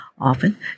Often